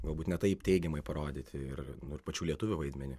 galbūt ne taip teigiamai parodyti ir nu ir pačių lietuvių vaidmenį